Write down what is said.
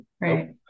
right